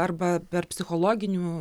arba per psichologinių